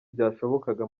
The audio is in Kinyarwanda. byashobokaga